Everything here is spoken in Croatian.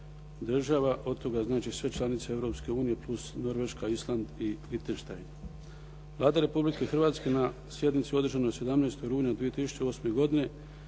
od toga znači sve članice Europske unije plus Norveška, Island i Lihtenštajn. Vlada Republike Hrvatske na sjednici održanoj 17. rujna 2008. godine